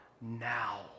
now